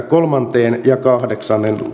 kolmas ja kahdeksannen